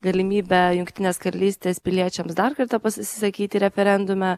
galimybę jungtinės karalystės piliečiams dar kartą pasis sakyti referendume